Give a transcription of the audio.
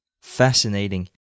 Fascinating